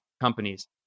companies